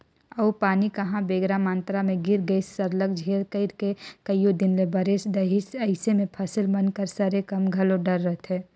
अउ पानी कहांे बगरा मातरा में गिर गइस सरलग झेर कइर के कइयो दिन ले बरेस देहिस अइसे में फसिल मन कर सरे कर घलो डर रहथे